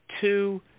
two